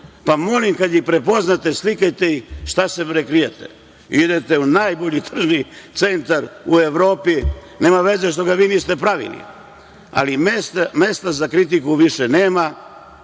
vas, kad ih prepoznate slikajte ih. Šta se bre krijete? Idete u najbolji tržni centar u Evropi, nema veze što ga vi niste pravili. Mesta za kritiku više nema,